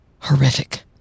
horrific